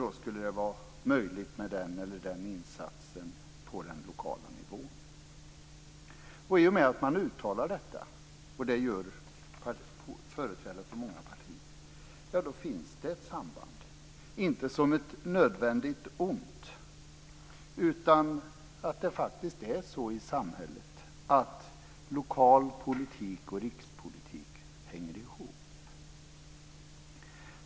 Då skulle det vara möjligt med den eller den insatsen på den lokala nivån. I och med att man uttalar detta, och det gör företrädare för många partier, finns det ett samband. Det är inte ett nödvändigt ont. Det är faktiskt så i samhället att lokal politik och rikspolitik hänger ihop.